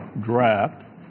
draft